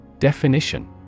Definition